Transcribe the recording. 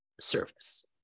service